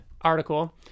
article